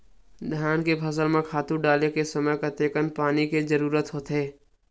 धान के फसल म खातु डाले के समय कतेकन पानी के जरूरत होथे?